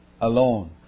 alone